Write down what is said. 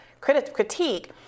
critique